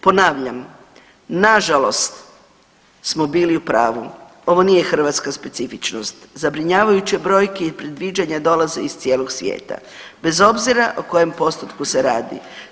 Ponavljam, nažalost smo bili u pravu, ovo nije hrvatska specifičnost zabrinjavajuće brojke i predviđanja dolaze iz cijelo svijeta, bez obzira o kojem postotku se radi.